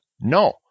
No